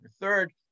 third